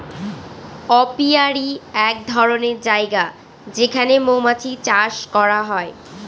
apiary এক ধরনের জায়গা যেখানে মৌমাছি চাষ করা হয়